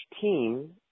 team